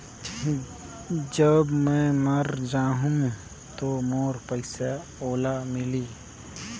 जब मै मर जाहूं तो मोर पइसा ओला मिली?